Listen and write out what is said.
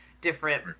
different